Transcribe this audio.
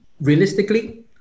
realistically